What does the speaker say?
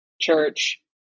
church